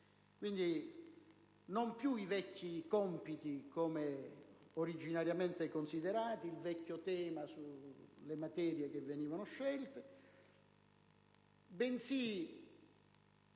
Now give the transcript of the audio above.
Quindi, non più i vecchi compiti, come originariamente considerati, il vecchio tema sulle materie che venivano scelte, bensì